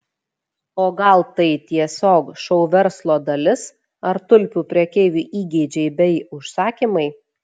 o gal tai tiesiog šou verslo dalis ar tulpių prekeivių įgeidžiai bei užsakymai